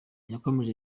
yakomeje